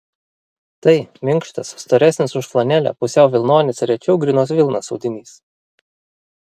tai minkštas storesnis už flanelę pusiau vilnonis rečiau grynos vilnos audinys